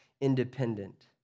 independent